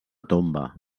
tomba